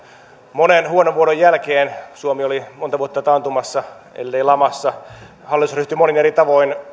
monen huonon vuoden jälkeen suomi oli monta vuotta taantumassa ellei lamassa hallitus ryhtyi monin eri tavoin